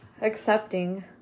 accepting